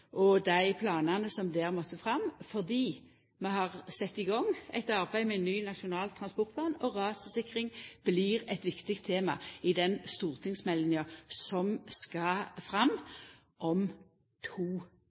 dei planane som der måtte koma, fordi vi har sett i gang eit arbeid med ein ny Nasjonal transportplan, og rassikring blir eit viktig tema i den stortingsmeldinga som skal fram om to